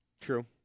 True